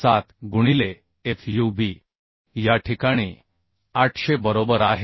7 गुणिले fub या ठिकाणी 800 बरोबर आहे